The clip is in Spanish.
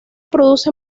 produce